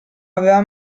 aveva